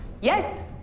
Yes